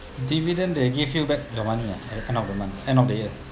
dividend they give you back your money ah end of the month end of the year